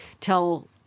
tell